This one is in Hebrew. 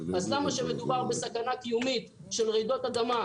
אז למה כשמדובר בסכנה קיומית של רעידות אדמה,